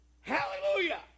hallelujah